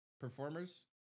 Performers